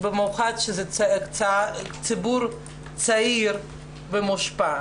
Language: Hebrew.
במיוחד שזה ציבור צעיר ומושפע,